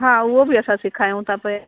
हा उहो बि असां सिखायूं था पिया